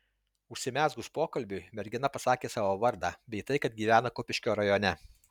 užsimezgus pokalbiui mergina pasakė savo vardą bei tai kad gyvena kupiškio rajone